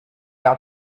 out